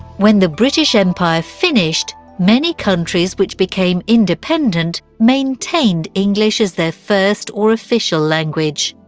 when the british empire finished, many countries which became independent maintained english as their first or official language.